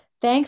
Thanks